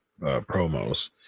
promos